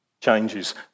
changes